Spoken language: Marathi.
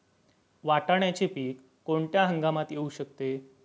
वाटाण्याचे पीक कोणत्या हंगामात येऊ शकते?